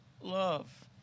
love